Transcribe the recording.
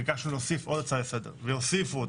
ביקשנו להוסיף עוד הצעה לסדר שהוסיפו אותה,